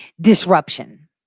Disruption